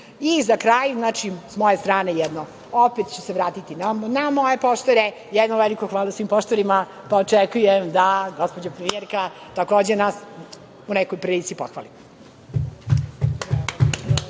kraj, s moje strane jedna zamerka, opet ću se vratiti na moje poštare, jedno veliko hvala svim poštarima, pa očekujem da gospođa premijerka, takođe nas u nekoj prilici pohvali.